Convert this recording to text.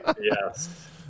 Yes